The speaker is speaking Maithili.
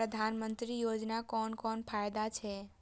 प्रधानमंत्री योजना कोन कोन फायदा छै?